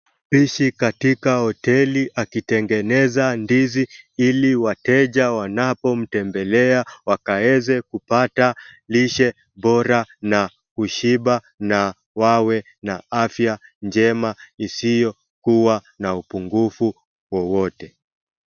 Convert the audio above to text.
Mpishi katika hoteli akitengeneza ndizi ili wateja wanapomtembelea wakaweze kupata lishe bora na kushiba na wawe na afya njema isiyokuwa na upungufu wowote.